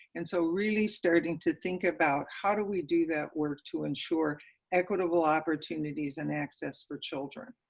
and so really starting to think about how do we do that work to ensure equitable opportunities and access for children.